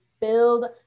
build